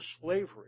slavery